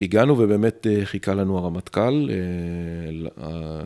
הגענו ובאמת חיכה לנו הרמטכ״ל.